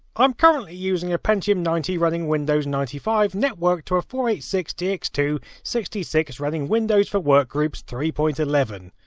i'm currently using a pentium ninety running windows ninety five networked to a four eight six d x two sixty six running windows for workgroups three point one